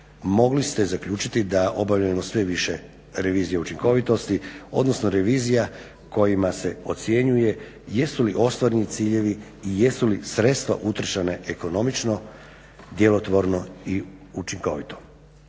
mogli ste zaključiti da je obavljeno sve više revizije učinkovitosti odnosno revizija kojima se ocjenjuje jesu li ostvareni ciljevi i jesu li sredstva utrošena ekonomično, djelotvorno i učinkovito.